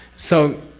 so,